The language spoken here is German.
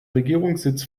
regierungssitz